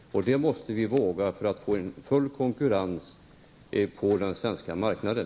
Det är något som vi måste våga för att få full konkurrens på den svenska marknaden.